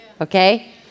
Okay